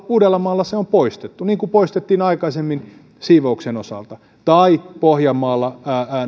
uudellamaalla se on poistettu niin kuin poistettiin aikaisemmin siivouksen osalta tai pohjanmaalla